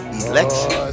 election